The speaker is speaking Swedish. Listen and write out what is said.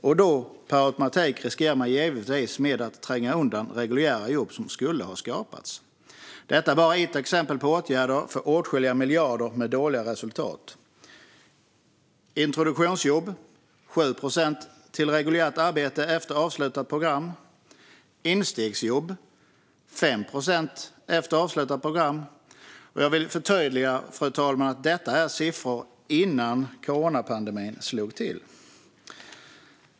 Då riskerar man per automatik givetvis att tränga undan reguljära jobb som skulle ha skapats. Detta är bara ett exempel på åtgärder för åtskilliga miljarder med dåliga resultat. Från introduktionsjobb gick 7 procent till reguljärt arbete efter avslutat program. Från instegsjobb gick 5 procent efter avslutat program till reguljärt arbete. Jag vill förtydliga, fru talman, att detta är siffror från tiden innan coronapandemin slog till.